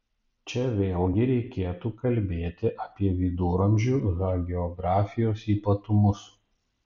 čia vėlgi reikėtų kalbėti apie viduramžių hagiografijos ypatumus